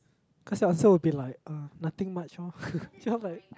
cause the answer will be like uh nothing much lor just like